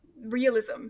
realism